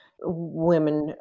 women